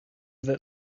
that